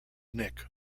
nick